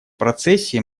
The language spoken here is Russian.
процессе